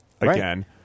again